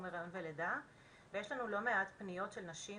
היריון ולידה ויש לנו לא מעט פניות של נשים